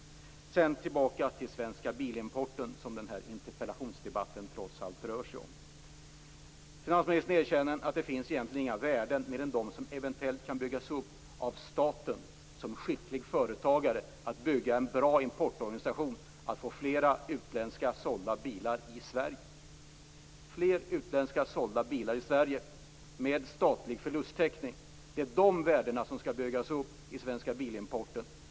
Sedan tillbaka till Svenska Bilimporten, som den här interpellationsdebatten trots allt rör sig om. Finansministern erkänner att det egentligen inte finns några värden mer än de som eventuellt kan byggas upp av staten som skicklig företagare, att bygga en bra importorganisation och att få flera utländska bilar sålda i Sverige med statlig förlusttäckning. Det är dessa värden som skall byggas upp i Svenska Bilimporten.